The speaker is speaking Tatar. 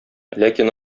ләкин